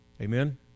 Amen